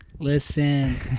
Listen